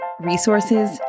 resources